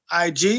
IG